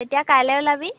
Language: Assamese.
তেতিয়া কাইলৈ ওলাবি